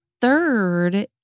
third